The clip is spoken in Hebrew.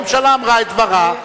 הממשלה אמרה את דברה,